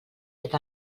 fet